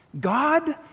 God